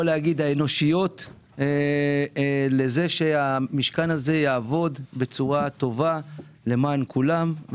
להגיד האנושיות לכך שהמשכן יעבוד בצורה טובה למען כולם.